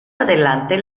adelante